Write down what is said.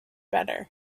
better